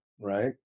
right